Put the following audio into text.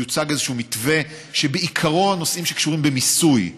יוצג איזשהו מתווה שבעיקרו נושאים שקשורים במיסוי.